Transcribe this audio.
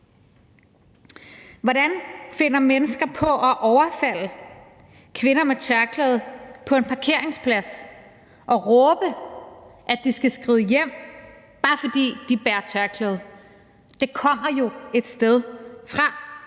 Hvordan finder mennesker på at overfalde kvinder med tørklæde på en parkeringsplads og råbe, at de skal skride hjem, bare fordi de bærer tørklæde? Det kommer jo et sted fra.